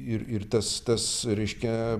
ir ir tas tas reiškia